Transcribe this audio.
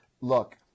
Look